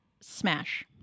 smash